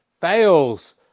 Fails